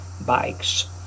bikes